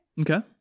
Okay